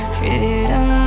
Freedom